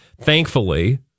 thankfully